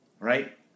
right